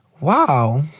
Wow